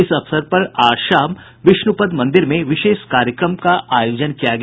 इस अवसर पर आज शाम विष्णूपद मंदिर में विशेष कार्यक्रम का आयोजन किया गया